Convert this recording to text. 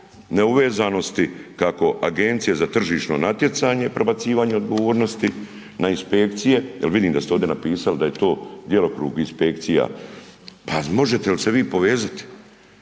neuvezanosti kako Agencije za tržišno natjecanje prebacivanje odgovornosti, na inspekcije, jel vidim da ste ovdje napisali da je to djelokrug inspekcija. Pa jel možete se vi povezati?